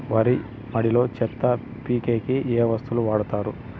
వరి మడిలో చెత్త పీకేకి ఏ వస్తువులు వాడుతారు?